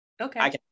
okay